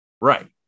right